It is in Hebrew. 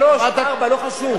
שלוש, ארבע, לא חשוב.